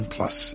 Plus